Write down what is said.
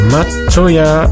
Matoya